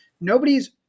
nobody's